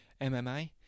MMA